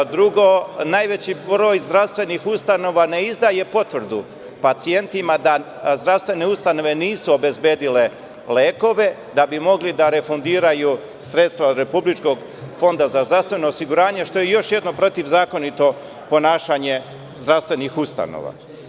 Drugo, najveći broj zdravstvenih ustanova ne izdaje potvrdu pacijentima, da zdravstvene ustanove nisu obezbedile lekove, da bi mogli da refundiraju sredstva Republičkog fonda za zdravstveno osiguranje, što je još jedno protivzakonito ponašanje zdravstvenih ustanova.